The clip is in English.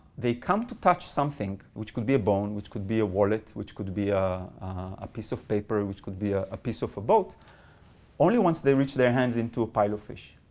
they come to touch something which could be a bone which could be a wallet, which could be a a piece of paper, which could be a a piece of a boat only once they reach their hands into a pile of fish.